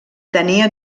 tenia